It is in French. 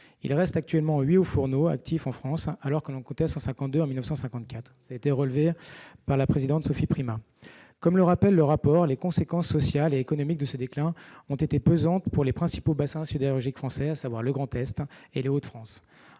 Il reste actuellement 8 hauts-fourneaux actifs en France, alors que l'on en comptait 152 en 1954. Comme le rappelle le rapport, les conséquences sociales et économiques de ce déclin ont été pesantes pour les principaux bassins sidérurgiques français, à savoir le Grand Est et les Hauts-de-France.